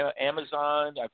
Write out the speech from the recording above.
Amazon